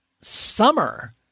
Summer